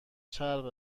چرب